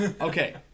Okay